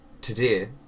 Today